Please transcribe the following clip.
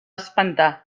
espantar